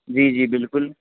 جی جی بالکل